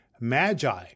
Magi